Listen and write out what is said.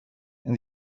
and